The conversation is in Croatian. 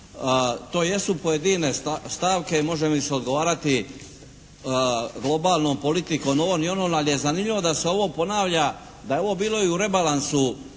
To jesu pojedine stavke i može mi se odgovarati globalnom politikom ovom i onom, ali je zanimljivo da se ovo ponavlja, da je ovo bilo i u rebalansu